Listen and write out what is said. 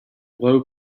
low